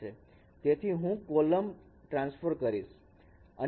તેથી હું હવે કોલમ ટ્રાન્સફોર્મ કરીશ